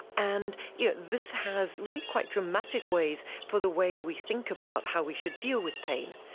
and yeah this has really quite dramatic ways for the way we think about how we should deal with pain.